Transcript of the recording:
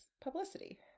publicity